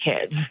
kids